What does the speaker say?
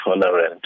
tolerant